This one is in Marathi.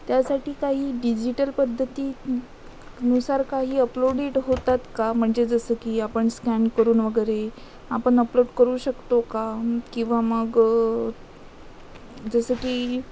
त्यासाठी काही डिजिटल पद्धतीनुसार काही अपलोडेड होतात का म्हणजे जसं की आपण स्कॅन करून वगैरे आपण अपलोड करू शकतो का किंवा मग जसं की